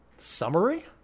Summary